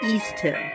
Easter